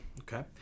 Okay